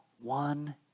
one